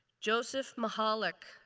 joseph mahalek,